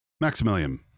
Maximilian